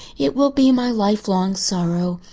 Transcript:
it will be my lifelong sorrow.